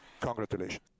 Congratulations